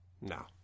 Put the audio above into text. no